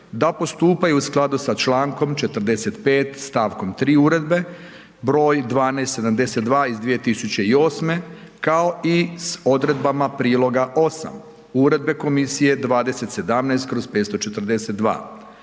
da postupaju u skladu sa čl. 45. stavkom 3. uredbe broj 12/72 iz 2008. kao i s odredbama priloga 8. Uredbe Komisije 2017/542.